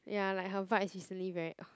ya like her vibes is really very